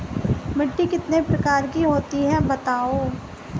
मिट्टी कितने प्रकार की होती हैं बताओ?